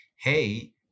hey